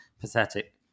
pathetic